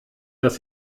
dass